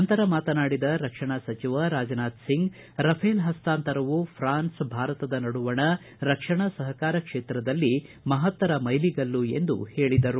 ನಂತರ ಮಾತನಾಡಿದ ರಕ್ಷಣಾ ಸಚವ ರಾಜನಾಥ ಸಿಂಗ್ ರಫೇಲ್ ಪಸ್ತಾಂತರವು ಫ್ರಾನ್ಸ್ ಭಾರತದ ನಡುವಣ ರಕ್ಷಣಾ ಸಹಕಾರ ಕ್ಷೇತ್ರದಲ್ಲಿ ಮಹತ್ತರ ಮೈಲಿಗಲ್ಲು ಎಂದು ಹೇಳಿದರು